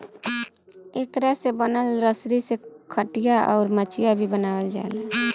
एकरा से बनल रसरी से खटिया, अउर मचिया भी बनावाल जाला